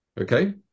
Okay